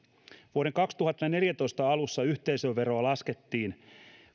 vuoden kaksituhattaneljätoista alussa yhteisöveroa laskettiin